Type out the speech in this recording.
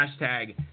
hashtag